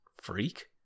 Freak